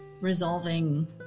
resolving